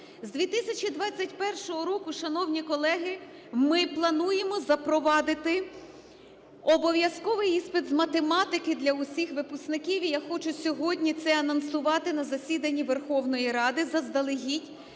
З 2021 року, шановні колеги, ми плануємо запровадити обов'язковий іспит з математики для усіх випускників, і я хочу сьогодні це анонсувати на засіданні Верховної Ради заздалегідь.